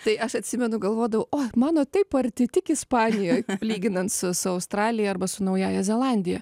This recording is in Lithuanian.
tai aš atsimenu galvodavau o mano taip arti tik ispanijoj lyginant su su australija arba su naująja zelandija